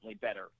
better